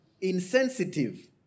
insensitive